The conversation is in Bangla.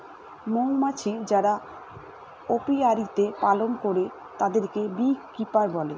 মৌমাছি যারা অপিয়ারীতে পালন করে তাদেরকে বী কিপার বলে